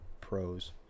pros